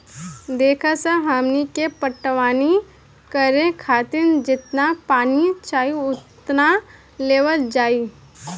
देखऽ हमनी के पटवनी करे खातिर जेतना पानी चाही ओतने लेवल जाई